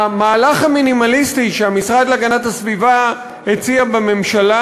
המהלך המינימליסטי שהמשרד להגנת הסביבה הציע בממשלה,